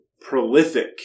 prolific